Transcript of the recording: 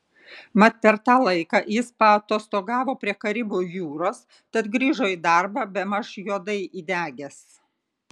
mat per tą laiką jis paatostogavo prie karibų jūros tad grįžo į darbą bemaž juodai įdegęs